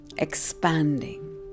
expanding